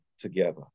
together